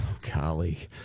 Golly